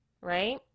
right